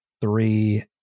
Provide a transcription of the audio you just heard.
three